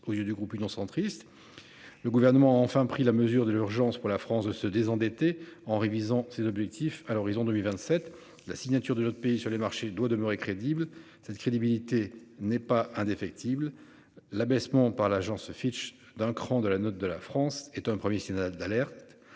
au milieu du groupe Union centriste. Le gouvernement enfin pris la mesure de l'urgence pour la France de se désendetter en révisant ses objectifs à l'horizon 2027, la signature de notre pays sur les marchés doit demeurer crédible cette crédibilité n'est pas indéfectible l'abaissement par l'agence Fitch d'un cran de la note de la France est un 1er signal d'alerte